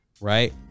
Right